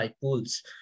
pools